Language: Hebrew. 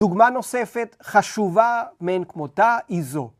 דוגמה נוספת חשובה מעין כמותה היא זו.